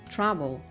Travel